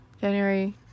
January